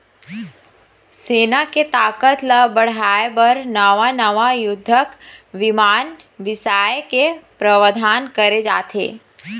सेना के ताकत ल बढ़ाय बर नवा नवा युद्धक बिमान बिसाए के प्रावधान करे जाथे